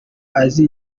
azi